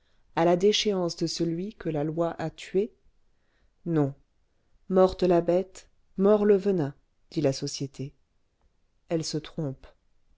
à la déchéance de celui que la loi a tué non morte la bête mort le venin dit la société elle se trompe